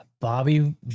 Bobby